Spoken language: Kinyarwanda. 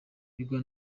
bigwa